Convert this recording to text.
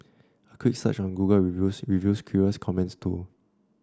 a quick search on Google Reviews reveals curious comments too